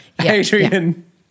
Adrian